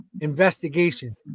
investigation